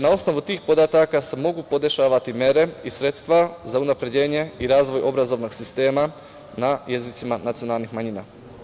Na osnovu tih podataka se mogu podešavati mere i sredstva za unapređenje i razvoj obrazovnog sistema na jezicima nacionalnih manjina.